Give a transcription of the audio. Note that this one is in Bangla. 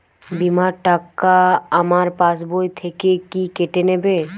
বিমার টাকা আমার পাশ বই থেকে কি কেটে নেবে?